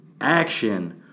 action